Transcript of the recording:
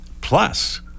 Plus